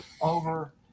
over